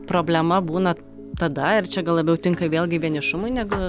problema būna tada ir čia gal labiau tinka vėlgi vienišumui negu